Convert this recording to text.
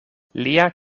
lia